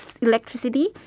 electricity